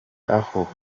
aho